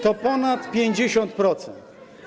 To ponad 50%.